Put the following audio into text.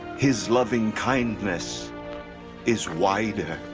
his loving kindness is wider.